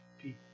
people